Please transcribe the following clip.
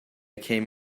came